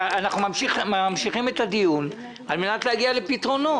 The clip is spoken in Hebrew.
נמשיך את הדיון בישיבה נוספת על מנת להגיע לפתרונות.